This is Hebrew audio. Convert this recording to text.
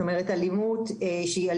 זה לא